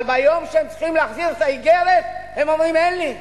אבל ביום שהם צריכים להחזיר את האיגרת הם אומרים: אין לי.